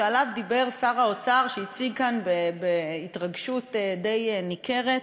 שעליו דיבר שר האוצר שהציג כאן בהתרגשות די ניכרת,